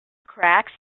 cracks